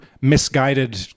misguided